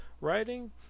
Writing